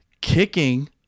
kicking